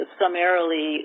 summarily